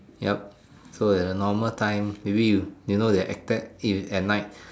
yup so their normal time maybe you know their actor is at night